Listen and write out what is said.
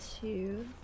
two